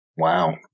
Wow